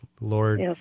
Lord